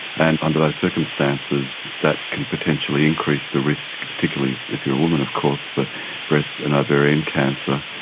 and under those circumstances that can potentially increase the risk, particularly if you are a woman of course, for breast and ovarian cancer.